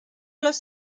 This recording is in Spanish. los